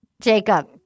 Jacob